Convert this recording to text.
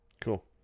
Cool